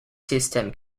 system